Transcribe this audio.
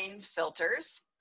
filters